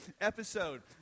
episode